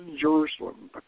Jerusalem